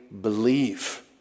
believe